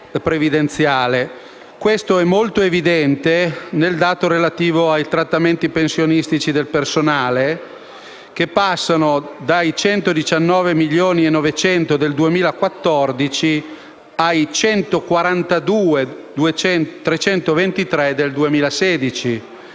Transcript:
Ciò è molto evidente nel dato relativo ai trattamenti pensionistici del personale, che passano dai 119,9 milioni del 2014 ai 142,323 del 2016,